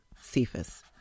Cephas